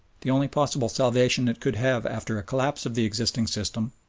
the only possible salvation it could have after a collapse of the existing system,